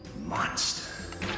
monster